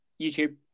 YouTube